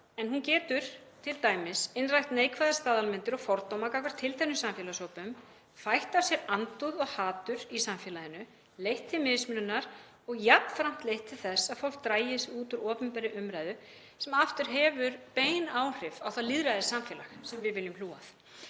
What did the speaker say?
en hún getur t.d. innrætt neikvæðar staðalmyndir og fordóma gagnvart tilteknum samfélagshópum, fætt af sér andúð og hatur í samfélaginu, leitt til mismununar og jafnframt leitt til þess að fólk dragi sig út úr opinberri umræðu sem aftur hefur bein áhrif á það lýðræðissamfélag sem við viljum hlúa